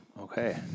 Okay